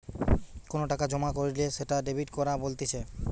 কোনো টাকা জমা কইরলে সেটা ডেবিট করা বলা হতিছে